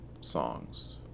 songs